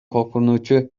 коркунучу